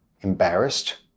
embarrassed